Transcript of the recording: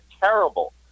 terrible